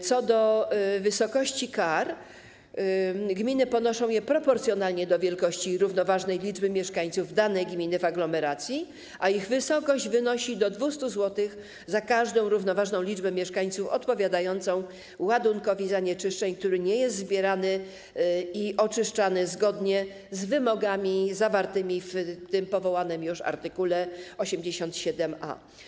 Co do wysokości kar, gminy ponoszą je proporcjonalnie do wielkości równoważnej liczby mieszkańców danej gminy w aglomeracji, a ich wysokość wynosi do 200 zł za każdą równoważną liczbę mieszkańców odpowiadającą ładunkowi zanieczyszczeń, który nie jest zbierany i oczyszczany zgodnie z wymogami zawartymi w tym powołanym już art. 87a.